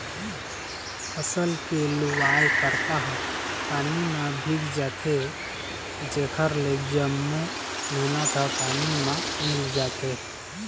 फसल के लुवाय करपा ह पानी म भींग जाथे जेखर ले जम्मो मेहनत ह पानी म मिल जाथे